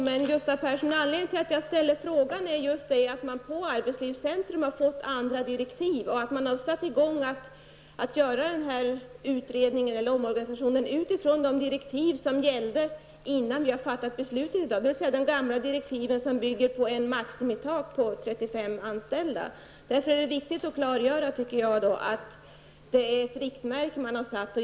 Herr talman! Anledningen till att jag ställde frågan var just det att man på arbetslivscentrum har fått andra direktiv och nu har satt i gång att göra utredningen om omorganisationen utifrån de direktiv som gällde innan vi fattade beslut, dvs. de gamla direktiv som bygger på ett maximitak på 35 anställda. Därför är det viktigt att klargöra att detta antal är ett riktmärke.